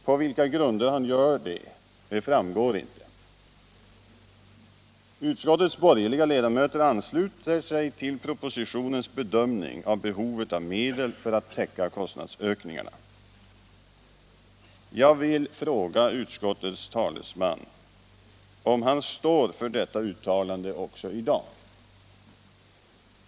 På vilka grunder han gör detta framgår inte. Utskottets borgerliga ledamöter ansluter sig till propositionens bedömning av behovet av medel för att täcka kostnadsökningar. Jag vill fråga utskottets talesman om han står för detta uttalande också i dag.